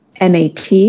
MAT